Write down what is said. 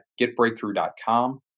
getbreakthrough.com